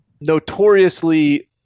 notoriously